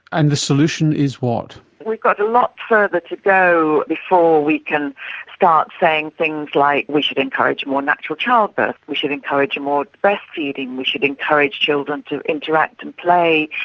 and the solution is what? we've got a lot further to go before we can start saying things like we should encourage more natural childbirth, we should encourage more breastfeeding, we should encourage children to interact and play,